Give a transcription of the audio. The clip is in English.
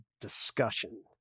discussion